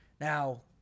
Now